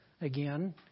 Again